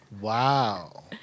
wow